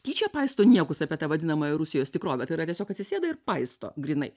tyčia paisto niekus apie tą vadinamąją rusijos tikrovę tai yra tiesiog atsisėda ir paisto grynai